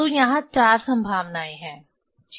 तो यहाँ चार संभावनाएं हैं ठीक